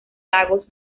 lagos